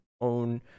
own